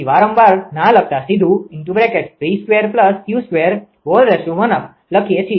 તેથી વારંવાર ના લખતા સીધું લખીએ છીએ